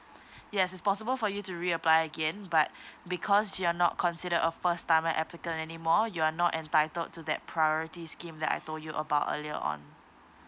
yes it's possible for you to reapply again but because you're not considered a first timer applicant anymore you are not entitled to that priorities scheme that I told you about earlier on